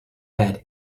had